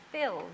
filled